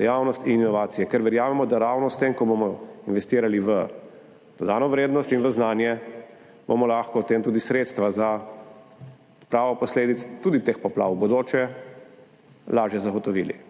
dejavnost in inovacije, ker verjamemo, da ravno s tem, ko bomo investirali v dodano vrednost in v znanje, bomo lahko potem tudi sredstva za odpravo posledic poplav v bodoče lažje zagotovili.